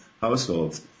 households